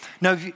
Now